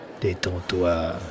Détends-toi